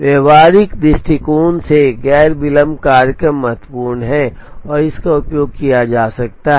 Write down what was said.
व्यावहारिक दृष्टिकोण से गैर विलंब कार्यक्रम महत्वपूर्ण हैं और इसका उपयोग किया जाता है